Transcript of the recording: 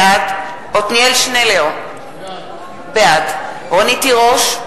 בעד עתניאל שנלר, בעד רונית תירוש,